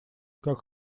как